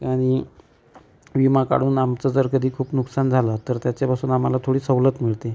आणि विमा काढून आमचं जर कधी खूप नुकसान झालं तर त्याच्यापासून आम्हाला थोडी सवलत मिळते